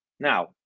now